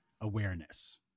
awareness